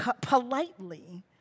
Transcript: politely